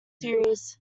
series